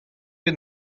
bet